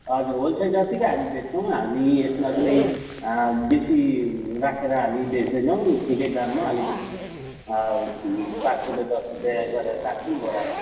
हजुर होलसेल जतिकै हामी बेच्छौँ हामी यसमा कुनै बेसी राखेर हामी बेच्दैनौँ ठिकै दाममा अलिकति पाँच रुपियाँ दस रुपियाँ गरेर राख्छौँ बोरामा